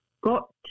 got